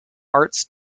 arts